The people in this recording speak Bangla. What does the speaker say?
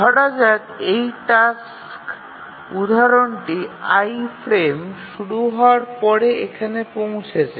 ধরা যাক এই টাস্ক উদাহরণটি i ফ্রেম শুরু হওয়ার পরে এখানে পৌঁছেছে